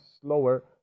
slower